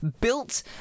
built